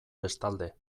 bestalde